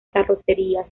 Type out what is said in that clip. carrocerías